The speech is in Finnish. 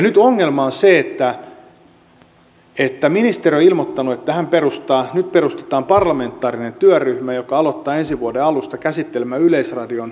nyt ongelma on se että ministeri on ilmoittanut että nyt perustetaan parlamentaarinen työryhmä joka alkaa ensi vuoden alusta käsittelemään yleisradion asemaa